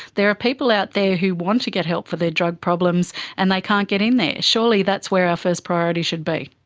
there are people out there who want to get help for their drug problems and they can't get in there. surely that's where our first priority should be.